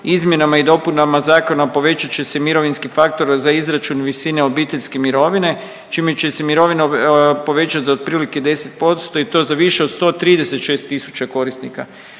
Izmjenama i dopunama zakona povećat će se mirovinski faktor za izračun visine obiteljske mirovine čime će se mirovina povećati za otprilike 10% i to za više od 136000 korisnika.